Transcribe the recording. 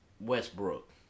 Westbrook